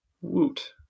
Woot